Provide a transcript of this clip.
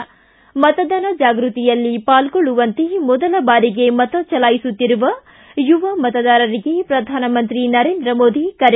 ಿ ಮತದಾನ ಜಾಗೃತಿಯಲ್ಲಿ ಪಾಲ್ಗೊಳ್ಳುವಂತೆ ಮೊದಲ ಬಾರಿಗೆ ಮತ ಚಲಾಯಿಸುತ್ತಿರುವ ಯುವ ಮತದಾರರಿಗೆ ಪ್ರಧಾನಮಂತ್ರಿ ನರೇಂದ್ರ ಮೋದಿ ಕರೆ